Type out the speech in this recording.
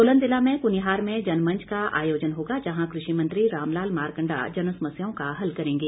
सोलन जिला में कुनिहार में जनमंच का आयोजन होगा जहां कृषि मंत्री रामलाल मारकंडा जनसमस्याओं का हल करेंगे